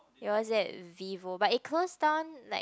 it was at Vivo but it closed down like